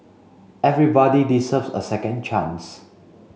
everybody deserves a second chance